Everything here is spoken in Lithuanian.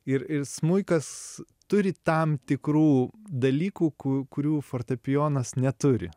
ir ir smuikas turi tam tikrų dalykų ku kurių fortepijonas neturi